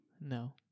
No